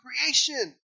creation